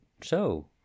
so